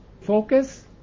Focus